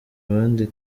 abandi